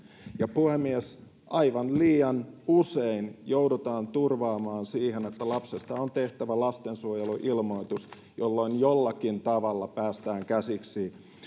ja puhemies aivan liian usein joudutaan turvaamaan siihen että lapsesta on tehtävä lastensuojeluilmoitus jolloin jollakin tavalla päästään käsiksi